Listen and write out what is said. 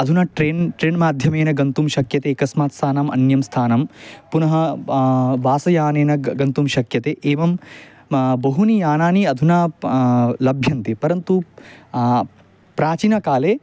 अधुना train train माध्यमेन गन्तुं शक्यते एकस्मात् स्थानम् अन्यत् स्थानं पुनः बा बासयानेन ग गन्तुं शक्यते एवं म बहूनि यानानि अधुना प लभ्यन्ते परन्तु प्राचीनकाले